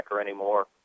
anymore